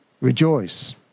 Rejoice